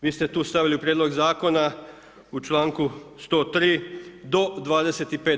Vi ste tu stavili u prijedlog zakona u članku 103., do 25%